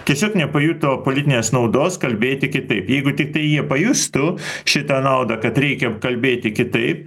tiesiog nepajuto politinės naudos kalbėti kitaip jeigu tiktai jie pajustų šitą naudą kad reikia kalbėti kitaip